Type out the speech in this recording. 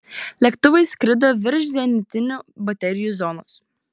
lėktuvai skrido virš zenitinių baterijų zonos